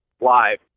live